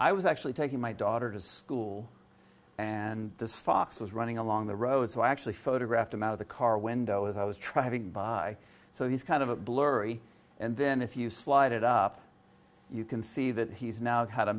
i was actually taking my daughter to school and this fox was running along the road so i actually photographed him out of the car window as i was travelling by so he's kind of a blurry and then if you slide it up you can see that he's now had a